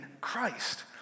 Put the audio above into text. Christ